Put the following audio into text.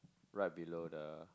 right below the